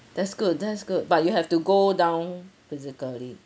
that's good that's good but you have to go down physically